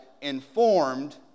Informed